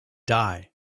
die